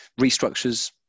restructures